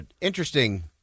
Interesting